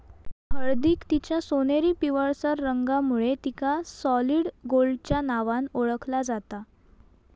हळदीक तिच्या सोनेरी पिवळसर रंगामुळे तिका सॉलिड गोल्डच्या नावान ओळखला जाता